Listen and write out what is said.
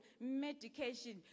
medication